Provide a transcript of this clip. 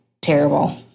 terrible